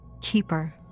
keeper